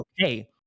okay